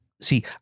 See